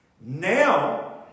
Now